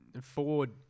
Ford